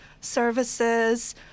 services